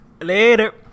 Later